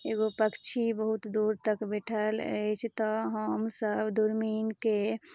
एगो पक्षी बहुत दूर तक बैसल अछि तऽ हमसब दुरबीनके